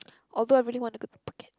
although I really want to go to Phuket